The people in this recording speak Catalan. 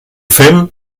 fem